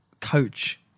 coach